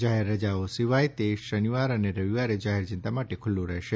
જાહેર રજાઓ સિવાય તે શનિવાર અને રવિવારે જાહેર જનતા માટે ખુલ્લું રહેશે